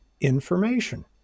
information